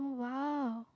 oh !wow!